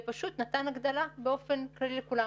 ופשוט נתן הגדלה באופן כללי לכולם.